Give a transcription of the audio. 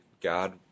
God